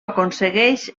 aconsegueix